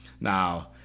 Now